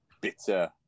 bitter